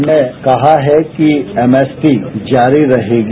हमने कहा है कि एमएसपी जारी रहेगी